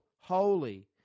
Holy